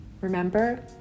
Remember